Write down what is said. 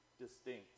distinct